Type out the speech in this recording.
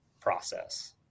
process